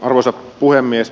arvoisa puhemies